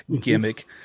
gimmick